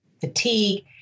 fatigue